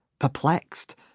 perplexed